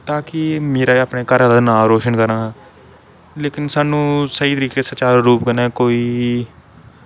ताकि मेरा अपने घरा दा नांऽ रोशन करां लेकिन सानू स्हेई तरीके कन्नै सुचारू रुप कन्नै कोई